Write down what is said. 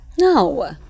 No